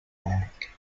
bank